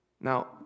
Now